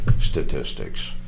statistics